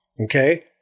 Okay